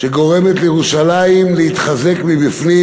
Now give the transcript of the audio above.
שגורמת לירושלים להתחזק מבפנים.